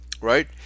right